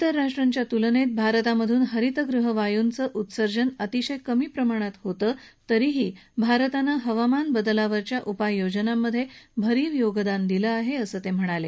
विर राष्ट्रांच्या तुलनेत भारतामधून हरितगृह वायूंचं उत्सर्जन अतिशय कमी प्रमाणात होतं तरीही भारतानं हवामानबदला वरच्या उपाययोजनांमधे भरीव योगदान दिलं आहे असं ते म्हणाले